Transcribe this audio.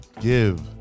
give